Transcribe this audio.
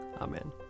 Amen